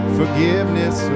forgiveness